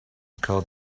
called